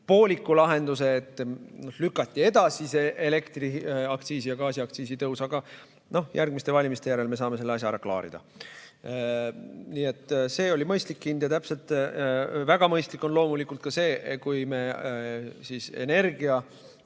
pooliku lahenduse, et lükati edasi see elektriaktsiisi ja gaasiaktsiisi tõus, aga järgmiste valimiste järel me saame selle asja ära klaarida. Nii et see oli mõistlik ja väga mõistlik on loomulikult ka see, kui me energia